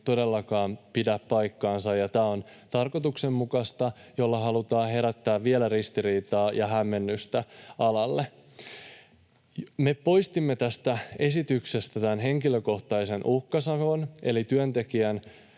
todellakaan pidä paikkansa, ja tämä on tarkoituksenmukaista: halutaan herättää vielä ristiriitaa ja hämmennystä alalle. Me poistimme tästä esityksestä tämän henkilökohtaisen uhkasakon, eli mikäli työntekijä